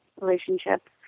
relationship